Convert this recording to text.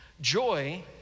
joy